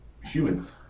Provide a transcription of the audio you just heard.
humans